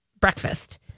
breakfast